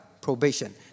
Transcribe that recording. probation